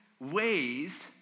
Ways